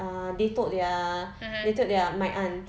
ah they told their they told their my aunt